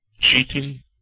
cheating